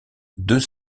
deux